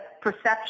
perception